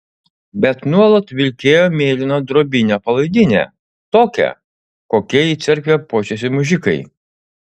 bet nuolat vilkėjo mėlyną drobinę palaidinę tokią kokia į cerkvę puošiasi mužikai